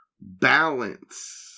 balance